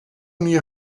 only